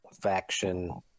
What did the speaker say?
faction